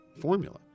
formula